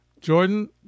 Jordan